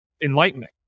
enlightening